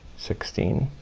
sixteen,